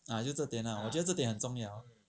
ah 就这点我觉得这点很重要